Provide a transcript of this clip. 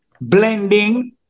blending